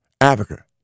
Africa